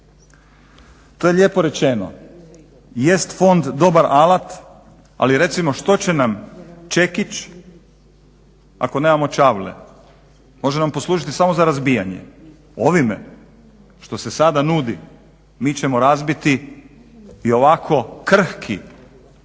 To je lijepo rečeno. Jest fond dobar alat ali recimo što će nam čekić ako nemamo čavle, može nam poslužiti samo za razbijanje. Ovime što se sada nudi mi ćemo razbiti i ovako krhki